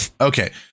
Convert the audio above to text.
Okay